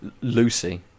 Lucy